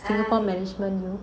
singapore management you know